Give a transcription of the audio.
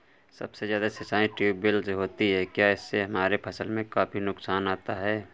सबसे ज्यादा सिंचाई ट्यूबवेल से होती है क्या इससे हमारे फसल में काफी नुकसान आता है?